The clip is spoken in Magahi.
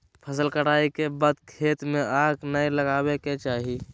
फसल कटाई के बाद खेत में आग नै लगावय के चाही